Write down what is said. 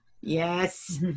Yes